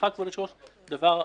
ודבר אחרון,